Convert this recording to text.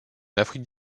afrique